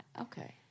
Okay